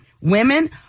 Women